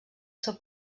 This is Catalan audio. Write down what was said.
seu